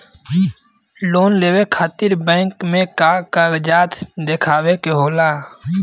Loan लेवे खातिर bank मे का कागजात दिखावे के होला?